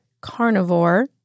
carnivore